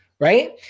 right